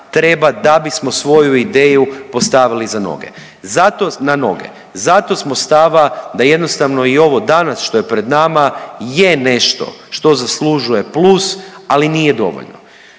da bismo svoju ideju postavili za noge. Zato, na noge, zato samo stava da jednostavno i ovo danas što je pred nama je nešto što zaslužuje plus, ali nije dovoljno.